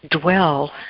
dwell